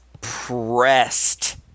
pressed